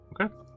Okay